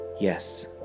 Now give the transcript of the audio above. Yes